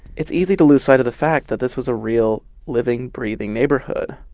it's easy to lose sight of the fact that this was a real living breathing neighborhood